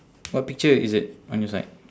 what picture is it on your side